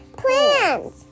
plants